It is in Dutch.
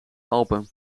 alpen